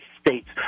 States